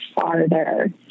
farther